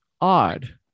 odd